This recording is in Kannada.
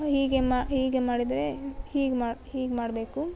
ಹೀಗೆ ಮ ಹೀಗೆ ಮಾಡಿದರೆ ಹೀಗೆ ಮಾ ಹೀಗೆ ಮಾಡಬೇಕು